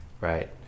right